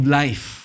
life